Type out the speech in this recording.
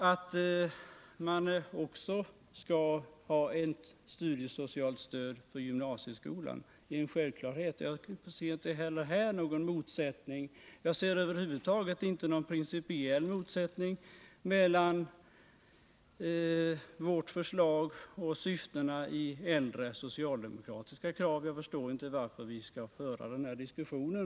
Att man skall ha ett studiesocialt stöd också när det gäller gymnasieskolan är en självklarhet. Jag ser inte heller här någon motsättning, och jag ser över huvud taget inte någon principiell motsättning mellan vårt förslag och syftena bakom äldre socialdemokratiska krav. Jag förstår inte varför vi alls skall föra den här diskussionen.